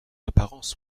apparence